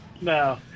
No